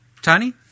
Tony